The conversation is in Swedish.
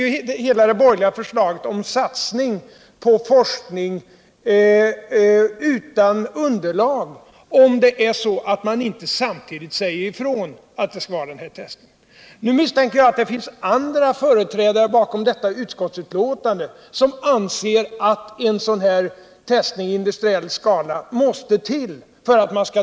Är det så orimligt att man tar ett år på sig för en utredning när det är en miljardsatsning som vi håller på att ompröva? Är det så orimligt att man under det året bestämmer sig för att ta de kostnader som det innebär att hälla dörrarna öppna?